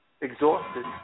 exhausted